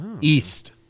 East